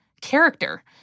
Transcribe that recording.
character